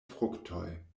fruktoj